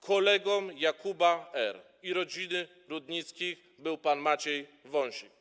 Kolegą Jakuba R. i rodziny Rudnickich był pan Maciej Wąsik.